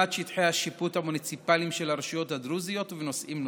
בחינת שטחי השיפוט המוניציפליים של הרשויות הדרוזיות ונושאים נוספים.